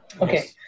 Okay